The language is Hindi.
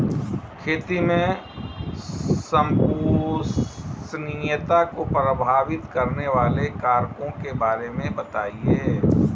खेती में संपोषणीयता को प्रभावित करने वाले कारकों के बारे में बताइये